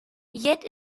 yet